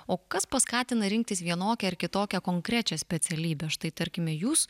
o kas paskatina rinktis vienokią ar kitokią konkrečią specialybę štai tarkime jūs